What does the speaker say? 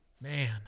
Man